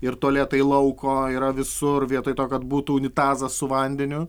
ir tualetai lauko yra visur vietoj to kad būtų unitazas su vandeniu